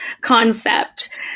concept